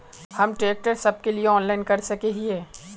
हम ट्रैक्टर सब के लिए ऑनलाइन कर सके हिये?